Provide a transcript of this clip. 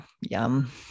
Yum